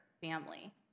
family